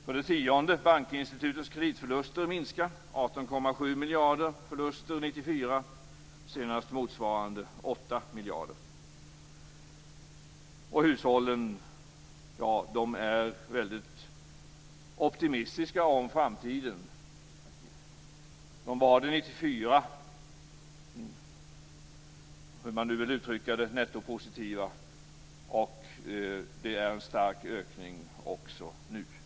För det tionde: "Bankinstitutens kreditförluster minskar." Det var 18,7 miljarder i förluster 1994, och senast motsvarande 8 miljarder. För det elfte: "Hushållen allt mer optimistiska om framtiden." De var det 1994. Man kan uttrycka det så att de var nettopositiva, och det är en stark ökning också nu.